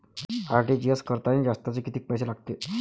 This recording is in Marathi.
आर.टी.जी.एस करतांनी जास्तचे कितीक पैसे लागते?